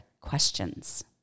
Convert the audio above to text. questions